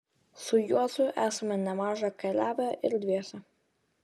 su juozu esame nemaža keliavę ir dviese